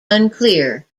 unclear